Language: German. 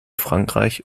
frankreich